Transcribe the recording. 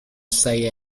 say